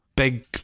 Big